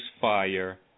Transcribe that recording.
fire